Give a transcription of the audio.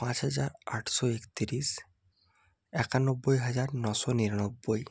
পাঁচ হাজার আটশো একতিরিশ একানব্বই হাজার নশো নিরানব্বই